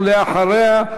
ואחריה,